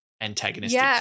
antagonistic